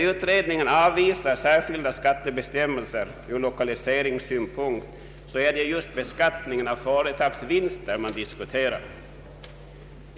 När utredningen avvisar särskilda skattebestämmelser ur - lokaliseringssynpunkt är det just beskattningen av företagsvinster som man diskuterar.